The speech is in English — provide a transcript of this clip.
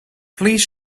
please